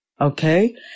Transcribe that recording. Okay